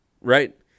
right